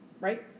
right